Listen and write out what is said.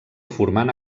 formant